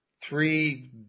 three